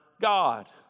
God